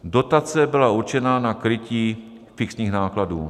Dotace byla určena na krytí fixních nákladů.